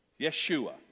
Yeshua